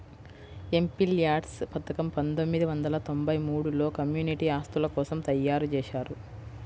MPLADS పథకం పందొమ్మిది వందల తొంబై మూడులో కమ్యూనిటీ ఆస్తుల కోసం తయ్యారుజేశారు